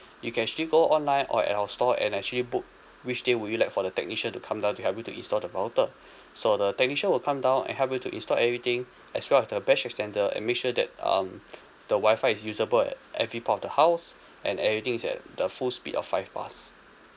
you can actually go online or at our store and actually book which day would you like for the technician to come down to help you to install the router so the technician will come down and help you to install everything as well as the mesh extender and make sure that um the wi-fi is usable at every part of the house and everything is at the full speed of five bars